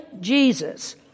Jesus